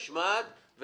נשמעת,